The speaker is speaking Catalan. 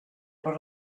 per